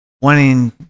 Wanting